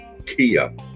Kia